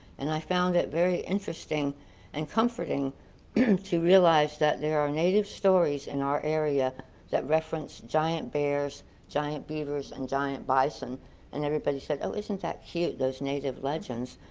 and i found it very interesting and comforting to realize that there are native stories in our area that reference giant bears and giant beavers and giant bison and everybody said, oh isn't that cute, those native legends.